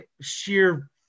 sheer